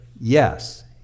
Yes